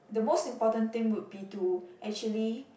the most important thing would be to actually